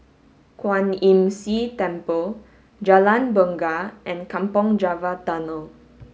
Kwan Imm See Temple Jalan Bungar and Kampong Java Tunnel